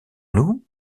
nous